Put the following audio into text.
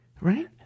right